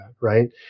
right